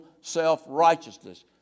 self-righteousness